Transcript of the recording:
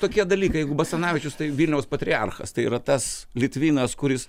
tokie dalykai jeigu basanavičius tai vilniaus patriarchas tai yra tas litvinas kuris